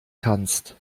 kannst